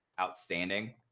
outstanding